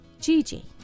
Gigi